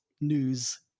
news